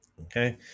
Okay